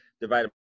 divided